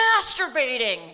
masturbating